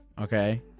Okay